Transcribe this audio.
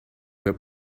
but